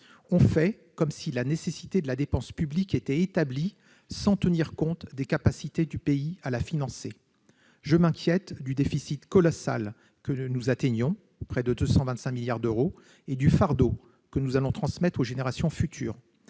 On fait comme si la nécessité de la dépense publique était établie, sans tenir compte des capacités du pays à la financer. Je m'inquiète du déficit colossal que nous atteignons- près de 225 milliards d'euros -et du fardeau que nous allons transmettre aux générations futures,